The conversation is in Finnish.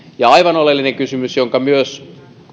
aivan oleellinen kysymys jonka myös